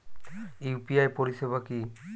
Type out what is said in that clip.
UPI পরিসেবা কি?